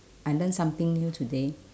I learn something new today